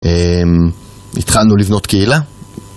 התחלנו לבנות קהילה.